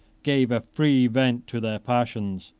gave a free vent to their passions.